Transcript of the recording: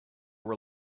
were